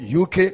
UK